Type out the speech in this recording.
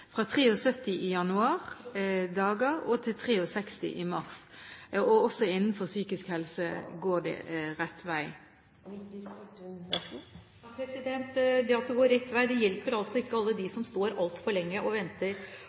fra 73 dager i januar til 63 dager i mars. Også innenfor psykisk helse går det rett vei. Det at det går rett vei, hjelper ikke alle dem som står altfor lenge og venter.